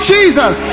Jesus